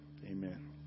Amen